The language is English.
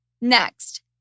Next